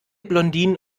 blondinen